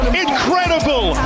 incredible